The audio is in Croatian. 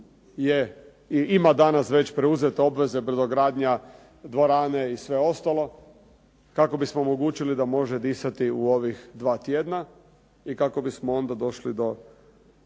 ima danas već preuzete obveze brodogradnja, dvorane i sve ostalo, kako bismo mu omogućili da može disati u ova dva tjedna i kako bismo onda došli do